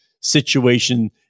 situation